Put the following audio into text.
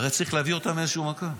הרי צריך להביא אותם מאיזשהו מקום?